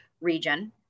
region